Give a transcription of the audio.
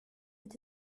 with